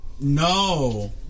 No